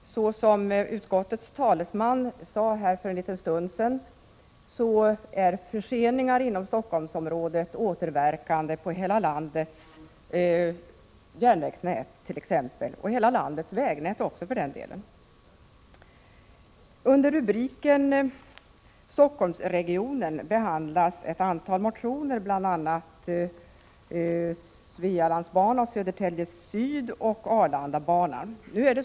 Såsom utskottets talesman sade för en stund sedan får förseningar inom Stockholmsområdet återverkningar på hela landets järnvägsnät och för den delen även för hela landets vägnät. Under rubriken Stockholmsregionen behandlas ett antal motioner om bl.a. Svealandsbanan, Södertälje Syd och Arlandabanan.